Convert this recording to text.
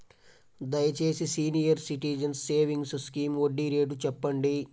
దయచేసి senior citizens savings scheme వడ్డీ rate చెప్పండి